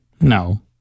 No